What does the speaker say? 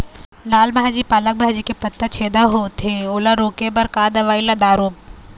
लाल भाजी पालक भाजी के पत्ता छेदा होवथे ओला रोके बर का दवई ला दारोब?